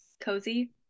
cozy